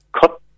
cut